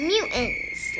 Mutants